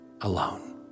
alone